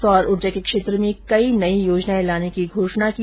सौर ऊर्जा के क्षेत्र में कई नई योजनाएं लाने की घोषणा भी की